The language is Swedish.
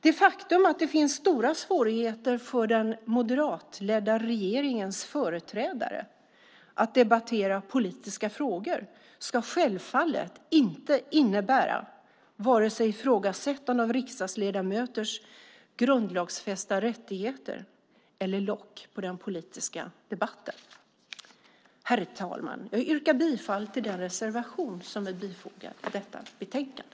Det faktum att det finns stora svårigheter för den moderatledda regeringens företrädare att debattera politiska frågor ska självfallet inte innebära vare sig ifrågasättande av riksdagsledamöters grundlagsfästa rättigheter eller lock på den politiska debatten. Herr talman! Jag yrkar bifall till den reservation som är bifogad till detta betänkande.